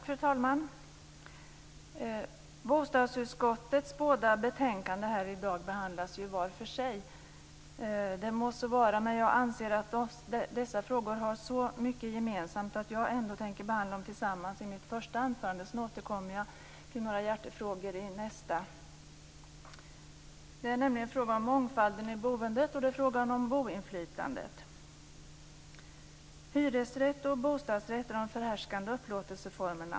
Fru talman! Bostadsutskottets båda betänkanden behandlas här i dag var för sig. Det må så vara, men jag anser att dessa frågor har så mycket gemensamt att jag ändå tänker behandla dem tillsammans i mitt första anförande. Sedan återkommer jag till några hjärtefrågor i nästa anförande. Det gäller frågan om mångfalden i boendet och frågan om boinflytandet. Hyresrätt och bostadsrätt är de förhärskande upplåtelseformerna.